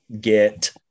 get